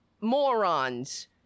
morons